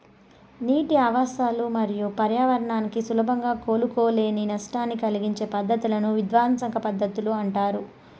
నీటి ఆవాసాలు మరియు పర్యావరణానికి సులభంగా కోలుకోలేని నష్టాన్ని కలిగించే పద్ధతులను విధ్వంసక పద్ధతులు అంటారు